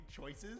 choices